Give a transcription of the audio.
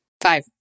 Five